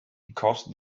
because